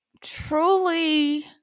truly